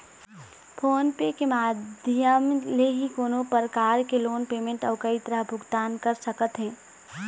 phone पे के माधियम ले ही कोनो परकार के लोन पेमेंट अउ कई तरह भुगतान कर सकत हे